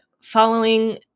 following